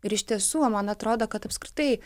ir iš tiesų man atrodo kad apskritai